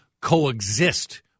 coexist